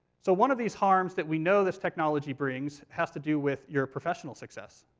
so one of these harms that we know this technology brings has to do with your professional success.